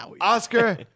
Oscar